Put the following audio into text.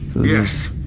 Yes